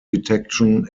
detection